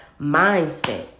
mindset